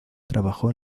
trabajó